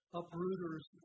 uprooters